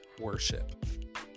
worship